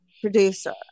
producer